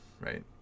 Right